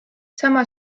sama